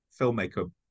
filmmaker